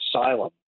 asylum